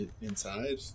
inside